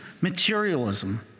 materialism